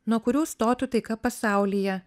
nuo kurių stotų taika pasaulyje